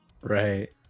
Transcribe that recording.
Right